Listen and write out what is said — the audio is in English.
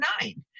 nine